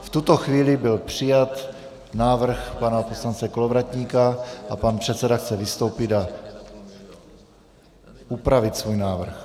V tuto chvíli byl přijat návrh pana poslance Kolovratníka a pan předseda chce vystoupit a upravit svůj návrh.